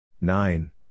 nine